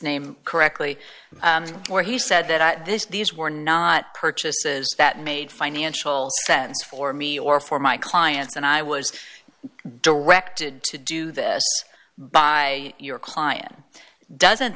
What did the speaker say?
name correctly or he said that this these were not purchases that made financial sense for me or for my clients and i was directed to do that by your client doesn't